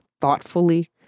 thoughtfully